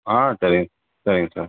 ஆ சரிங்க சரிங்க சார்